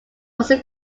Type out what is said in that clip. also